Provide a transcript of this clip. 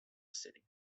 city